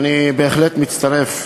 אני בהחלט מצטרף.